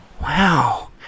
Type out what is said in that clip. Wow